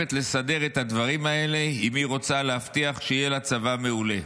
חייבת לסדר את הדברים האלה אם היא רוצה להבטיח שיהיה לה צבא מעולה".